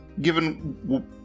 Given